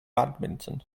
badminton